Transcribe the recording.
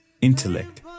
intellect